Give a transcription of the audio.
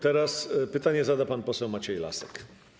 Teraz pytanie zada pan poseł Maciej Lasek.